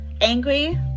angry